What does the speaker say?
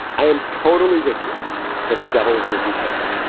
i am totally with you that the devil is in the details.